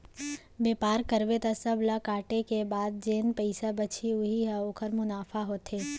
बेपार करबे त सब ल काटे के बाद जेन पइसा बचही उही ह ओखर मुनाफा होथे